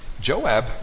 Joab